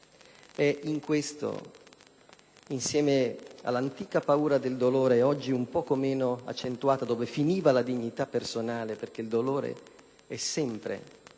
paure che (insieme all'antica paura del dolore, oggi un po' meno accentuata, dove finiva la dignità personale perché il dolore è sempre